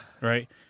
right